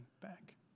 back